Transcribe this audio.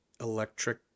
electric